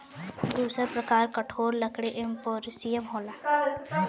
दूसर प्रकार ठोस लकड़ी एंजियोस्पर्म होला